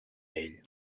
ell